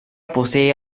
posee